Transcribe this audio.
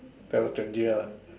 tell stranger ah